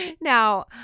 Now